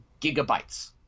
gigabytes